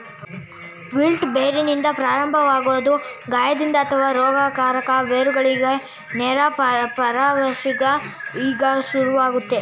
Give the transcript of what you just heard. wilt ಬೇರಿಂದ ಪ್ರಾರಂಭವಾಗೊದು ಗಾಯದಿಂದ ಅಥವಾ ರೋಗಕಾರಕ ಬೇರುಗಳಿಗೆ ನೇರ ಪ್ರವೇಶ್ದಿಂದ ಶುರುವಾಗ್ತದೆ